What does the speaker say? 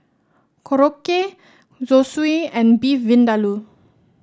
Korokke Zosui and Beef Vindaloo